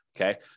Okay